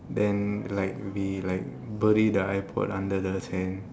then like we like bury the iPod under the sand